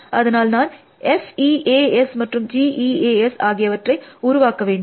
அதனால் நான் F E A S மற்றும் G E A S ஆகியவற்றை உருவாக்க வேண்டும்